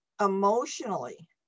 emotionally